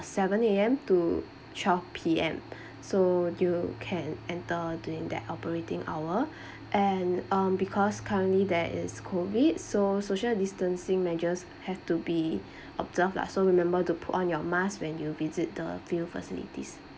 seven A_M to twelve P_M so you can enter during that operating hour and um because currently there is COVID so social distancing measures have to be observed lah so remember to put on your mask when you visit the field facilities